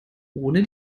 ohne